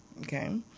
Okay